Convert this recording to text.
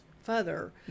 Further